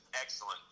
excellent